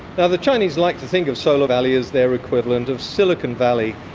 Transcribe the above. the the chinese like to think of solar valley as their equivalent of silicon valley.